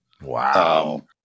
Wow